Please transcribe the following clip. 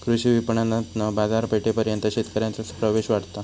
कृषी विपणणातना बाजारपेठेपर्यंत शेतकऱ्यांचो प्रवेश वाढता